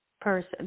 person